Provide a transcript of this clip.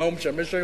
למה הוא משמש היום?